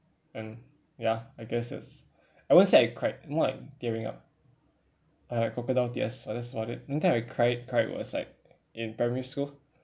and ya I guess that's I won't say I cried more like tearing up uh like crocodile tears but that's about it only time I cried cried was like in primary school